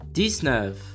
dix-neuf